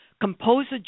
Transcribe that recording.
Composer